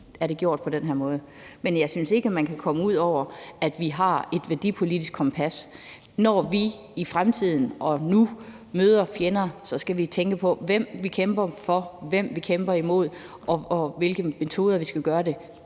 er det gjort på den her måde. Men jeg synes ikke, man kan komme ud over, at vi har et værdipolitisk kompas. Når vi i fremtiden og nu møder fjender, skal vi tænke på, hvem vi kæmper for, hvem vi kæmper imod, og hvilke metoder vi skal gøre det